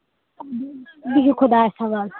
بِہِو خۄدایس حوال